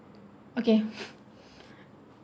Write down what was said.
okay